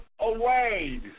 away